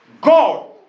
God